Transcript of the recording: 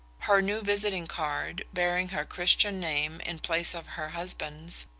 her new visiting-card, bearing her christian name in place of her husband's,